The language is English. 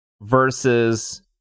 ...versus